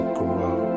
grow